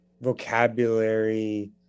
vocabulary